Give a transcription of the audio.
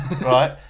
right